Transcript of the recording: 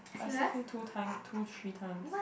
I save him two times two three times